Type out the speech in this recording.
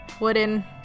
wooden